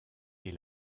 est